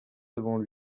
devant